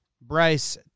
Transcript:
Bryce